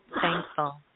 thankful